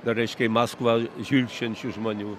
dar reiškia į maskvą žvilgčiojančių žmonių